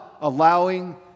allowing